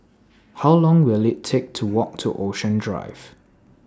How Long Will IT Take to Walk to Ocean Drive